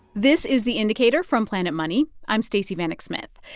this is the indicator from planet money. i'm stacey vanek smith.